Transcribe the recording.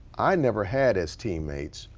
i never had as team mates.